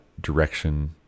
direction